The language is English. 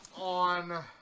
on